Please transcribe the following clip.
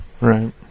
Right